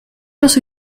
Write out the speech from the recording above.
los